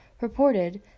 reported